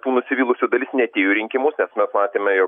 tų nusivylusių dalis neatėjo į rinkimus nes mes matėme jog